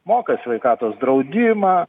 moka sveikatos draudimą